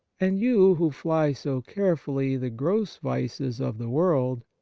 and you, who fly so carefully the gross vices of the world,